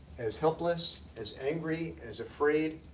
as helpless, as angry, as afraid.